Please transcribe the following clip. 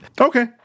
okay